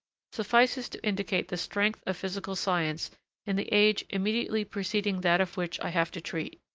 suffices to indicate the strength of physical science in the age immediately preceding that of which i have to treat.